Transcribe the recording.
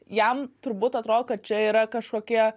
jam turbūt atrodo kad čia yra kažkokie